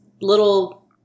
little